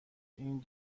این